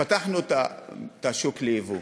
פתחנו את השוק ליבוא.